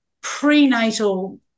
prenatal